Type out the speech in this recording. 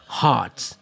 hearts